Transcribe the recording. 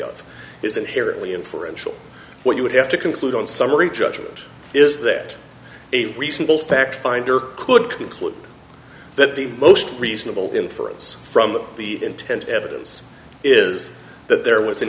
inherently inferential what you would have to conclude on summary judgment is that a reasonable fact finder could conclude that the most reasonable inference from the intent evidence is that there was an